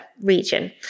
region